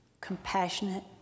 Compassionate